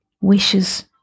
wishes